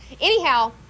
Anyhow